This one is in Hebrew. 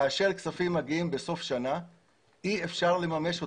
כאשר כספים מגיעים בסוף שנה אי אפשר לממש אותם.